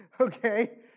okay